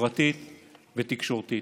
חברתית ותקשורתית.